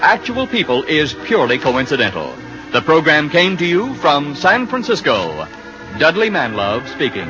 actual people is purely coincidental the program came to you from san francisco dudley menlove speaking